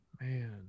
Man